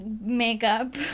makeup